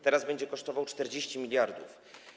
Teraz będzie kosztował 40 mld.